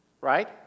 right